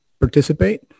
participate